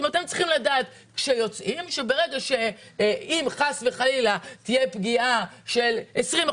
הם צריכים לדעת שאם חס וחלילה תהיה פגיעה בגובה של 20 אחוזים,